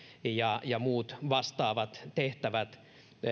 ja ja muut vastaavat tehtävät